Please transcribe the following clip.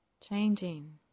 Changing